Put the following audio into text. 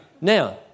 Now